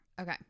okay